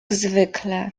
zwykle